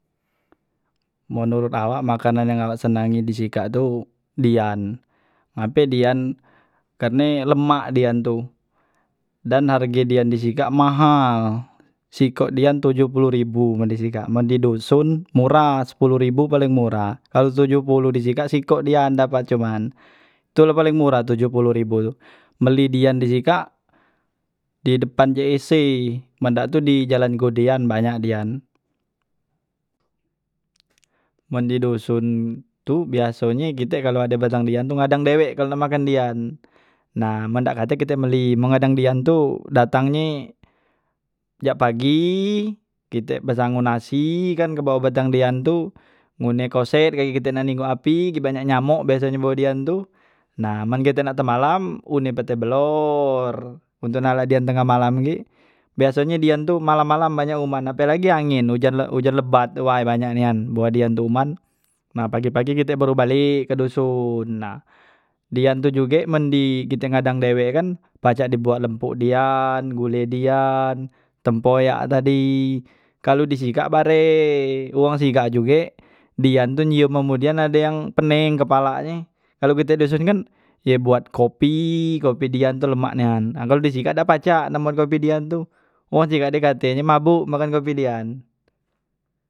Menurut awak makanan yang awak senangi di sikak tu dian, ngape dian karne lemak dian tu, dan harge dian di sikak mahal, sikok dian tojoh poloh ribu men di sikak, men di dusun murah sepoloh ribu paling murah kalo tojoh poloh di sikak sikok dian dapat cuman, tu la paling murah tojoh poloh ribu tu. Meli dian di sikak di depan jec men dak tu di jalan godean banyak dian. Men di dusun tu biasonye kite kalo ade batang dian tu ngadang dewek kalo makan dian, nah men dak katek kite meli, men ngadang dian tu datangnye tiap pagi, kite besangu nasi kan ke bawah batang dian tu, ngune koset kaye kite nak ningok api gi banyak nyamok biasonyo bawah dian tu, nah men kite nak te malam une be te belor untuk nak la dian tengah malam gi, biasonye dian tu malam malam banyak uman ape lagi angin ujan le ujan lebat tu way banyak nian bawah dian tu uman, nah pagi- pagi kite baru balek ke dusun, nah dian tu juge men di kite ngadang dewek kan pacak dibuat lempuk dian, gule dian, tempoyak tadi, kalo di sikak bare, wong sikak juge dian tu nyium men munyium dian tu ade yang pening kepalak ni, kalo kite dusun kan ye buat kopi, kopi dian tu lemak nian, nah kalo di sikak dak pacak nak buat kopi dian tu, wong sikak de katenye mabok makan kopi dian.